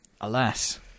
Alas